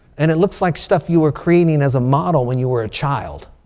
and it looks like stuff you were creating as a model when you were a child.